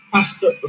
Pastor